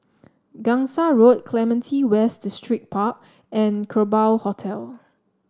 Gangsa Road Clementi West Distripark and Kerbau Hotel